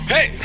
Hey